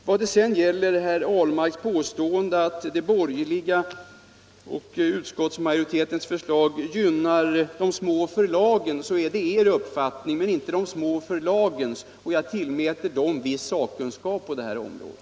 Vad sedan gäller herr Ahlmarks påstående att de borgerligas och utskottsmajoritetens förslag gynnar de små förlagen, så är det er uppfattning men inte de små förlagens, och jag tillmäter dem en viss sakkunskap på det här området.